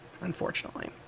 Unfortunately